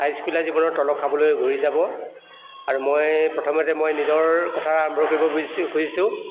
হাইস্কুলীয়া জীৱনৰ তলৰ খাপলৈ ঘূৰি যাব আৰু মই প্ৰথমতে মই নিজৰ কথাৰে আৰম্ভ কৰিব বুজিছোঁ খুজিছোঁ